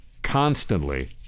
Constantly